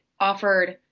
offered